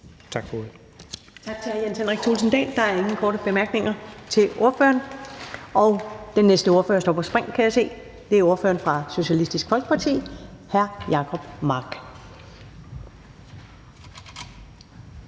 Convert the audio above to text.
Tak for ordet.